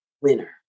winner